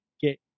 get